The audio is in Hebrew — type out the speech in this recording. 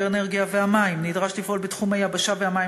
האנרגיה והמים נדרש לפעול בתחום היבשה והמים